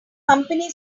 company